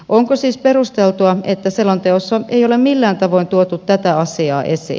onko siis perusteltua että selonteossa ei ole millään tavoin tuotu tätä asiaa esiin